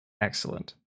Excellent